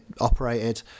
operated